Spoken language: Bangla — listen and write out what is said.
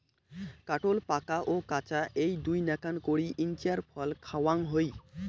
কাঠোল পাকা ও কাঁচা এ্যাই দুইনাকান করি ইঞার ফল খাওয়াং হই